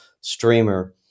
streamer